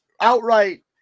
outright